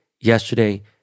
yesterday